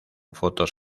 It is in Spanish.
fotos